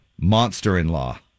Monster-in-Law